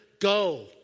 go